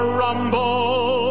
rumble